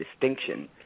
distinction